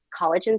collagen